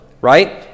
right